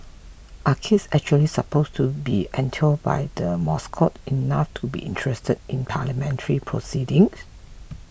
are kids actually supposed to be enthralled by the mascot enough to be interested in Parliamentary proceedings